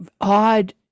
odd